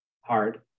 Hard